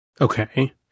Okay